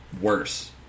worse